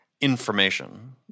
information